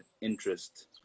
interest